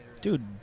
Dude